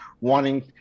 wanting